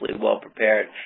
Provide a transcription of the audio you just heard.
well-prepared